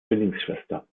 zwillingsschwester